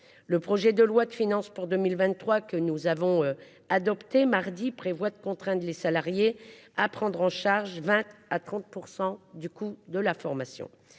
Le projet de loi de finances pour 2023 que nous avons adopté mardi prévoit de contraindre les salariés à prendre en charge, 20 à 30% du coût de la formation.